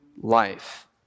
life